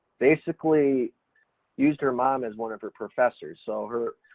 basically used her mom as one of her professors. so her,